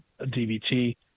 DVT